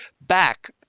back